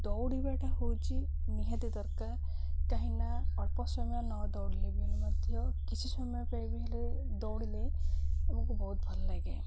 ଦୌଡ଼ିବାଟା ହେଉଛି ନିହାତି ଦରକାର କାହିଁକିନା ଅଳ୍ପ ସମୟ ନ ଦୌଡ଼ିଲେ ବି ହେଲେ ମଧ୍ୟ କିଛି ସମୟ ପାଇଁ ବି ହେଲେ ଦୌଡ଼ିଲେ ଆମକୁ ବହୁତ ଭଲ ଲାଗେ